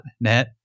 .NET